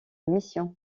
mission